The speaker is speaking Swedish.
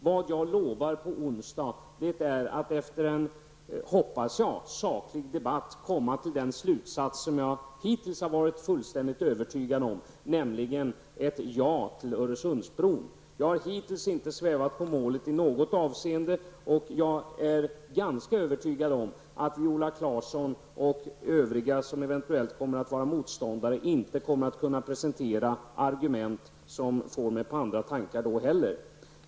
Vad jag lovar på onsdag, är att efter en -- hoppas jag -- saklig debatt komma till den slutsats jag hittills har varit fullständigt övertygad om, nämligen ett ja till Öresundsbron. Jag har hittills inte svävat på målet i något avseende, och jag är ganska övertygad om att Viola Claesson och övriga som eventuellt kommer att vara motståndare inte heller då kommer att kunna presentera argument som får mig på andra tankar.